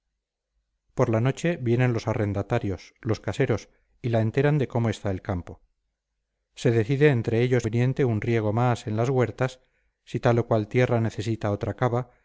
por la noche vienen los arrendatarios los caseros y la enteran de cómo está el campo se decide entre ellos y el ama si es conveniente un riego más en las huertas si tal o cual tierra necesita otra cava